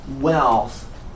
wealth